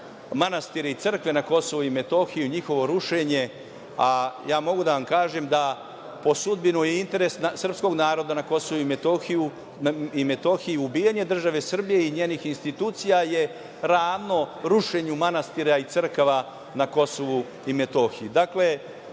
manastire i crkve na KiM, njihovo rušenje, a ja mogu da vam kažem po sudbinu i interes srpskog naroda na KiM, ubijanje države Srbije i njenih institucija je ravno rušenju manastira i crkava na KiM.